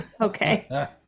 okay